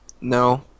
No